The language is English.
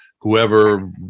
whoever